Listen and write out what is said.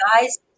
Guys